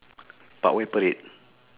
parkway parade